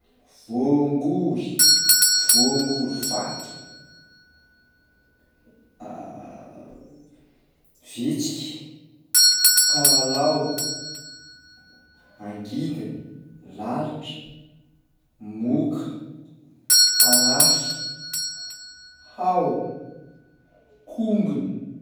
Voangory, voangory vato, vitsika, kalalao, angidina, lalitra, moka, parasy, hao, kongona.